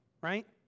right